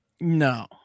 No